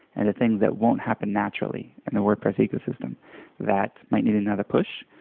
and the things that won't happen naturally in the wordpress ecosystem that might need another push,